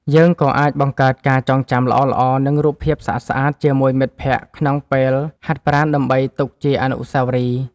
យើងក៏អាចបង្កើតការចងចាំល្អៗ និងរូបភាពស្អាតៗជាមួយមិត្តភក្តិក្នុងពេលហាត់ប្រាណដើម្បីទុកជាអនុស្សាវរីយ៍។